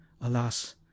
Alas